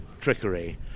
trickery